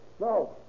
No